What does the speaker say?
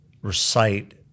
recite